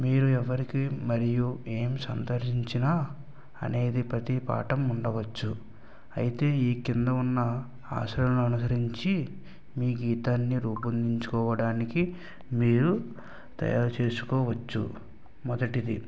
మీరు ఎవరికి మరియు ఏం సందర్శించినా అనేది ప్రతీ పాఠం ఉండవచ్చు అయితే ఈ కింద ఉన్న ఆచరణలు అనుసరించి మీ గీతాన్ని నిరూపించుకోవడానికి మీరు తయారుచేసుకోవచ్చు మొదటిది